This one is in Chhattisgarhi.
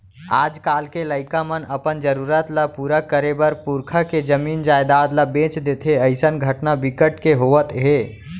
आजकाल के लइका मन अपन जरूरत ल पूरा करे बर पुरखा के जमीन जयजाद ल बेच देथे अइसन घटना बिकट के होवत हे